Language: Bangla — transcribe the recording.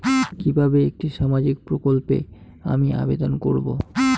কিভাবে একটি সামাজিক প্রকল্পে আমি আবেদন করব?